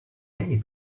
many